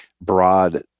broad